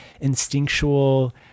instinctual